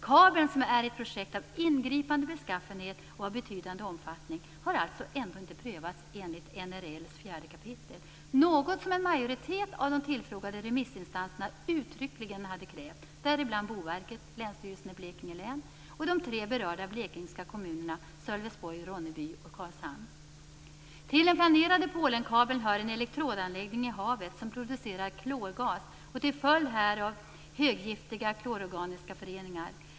Kabeln som är ett projekt av ingripande beskaffenhet och av betydande omfattning har alltså ändå inte prövats enligt NRL:s 4 kap., något som en majoritet av de tillfrågade remissinstanserna uttryckligen hade krävt, däribland Boverket, Länsstyrelsen i Blekinge län och de tre berörda blekingska kommunerna Sölvesborg, Ronneby och Till den planerade Polenkabeln hör en elektrodanläggning i havet som producerar klorgas och till följd därav höggiftiga klororganiska föreningar.